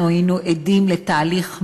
אנחנו היינו עדים לתהליך מהיר.